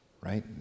right